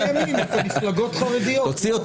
זה